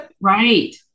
Right